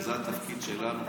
זה התפקיד שלנו,